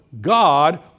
God